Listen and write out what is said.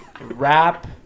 rap